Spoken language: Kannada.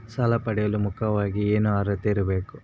ಸಾಲ ಪಡೆಯಲು ಮುಖ್ಯವಾಗಿ ಏನು ಅರ್ಹತೆ ಇರಬೇಕು?